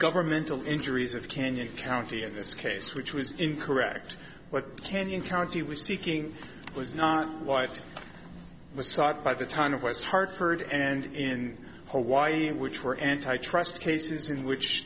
governmental injuries of canyon county in this case which was incorrect but canyon county was seeking was not life was sought by the time of west hartford and in hawaii which were antitrust cases in which